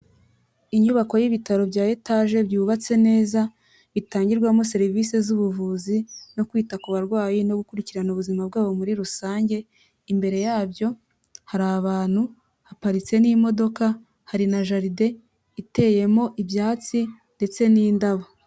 Inyubako y'ibitaro bya etage byubatse neza bitangirwamo serivise z'ubuvuzi no kwita ku barwayi no gukurikirana ubuzima bwabo muri rusange, imbere yabyo hari abantu, haparitse n'imodoka, hari na jaride iteyemo ibyatsi ndetse n'indabo.